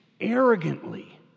arrogantly